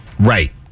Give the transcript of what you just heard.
Right